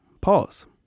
pause